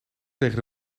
tegen